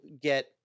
get